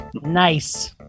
Nice